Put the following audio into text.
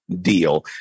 deal